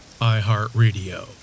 iHeartRadio